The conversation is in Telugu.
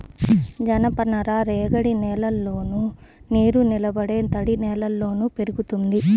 జనపనార రేగడి నేలల్లోను, నీరునిలబడే తడినేలల్లో పెరుగుతుంది